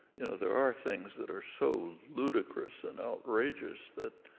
you know, there are things that are so ludicrous and outrageous that